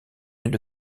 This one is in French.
une